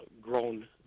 grown